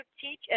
teach